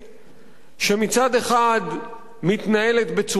שמצד אחד מתנהלת בצורה מופקרת